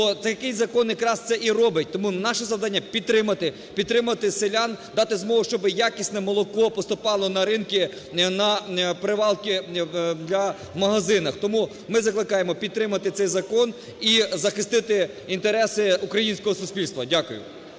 То такий закон якраз це і робить. Тому наше завдання – підтримати. Підтримати селян, дати змогу, щоб якісне молоко поступало на ринки, на прилавки в магазинах. Тому ми закликаємо підтримати цей закон і захистити інтереси українського суспільства. Дякую.